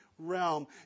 Realm